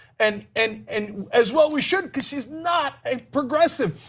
and and and as well we should, because she's not a progressive.